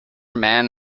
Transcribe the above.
man